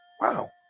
wow